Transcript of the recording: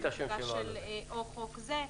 המחיקה של "או חוק זה".